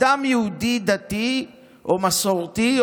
אדם יהודי דתי או מסורתי,